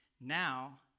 now